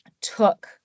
took